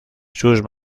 sus